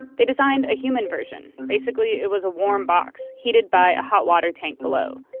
they designed a human version. basically, it was a warm box heated by a hot water tank below.